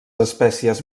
espècies